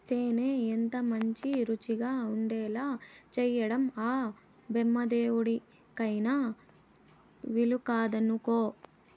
తేనె ఎంతమంచి రుచిగా ఉండేలా చేయడం ఆ బెమ్మదేవుడికైన వీలుకాదనుకో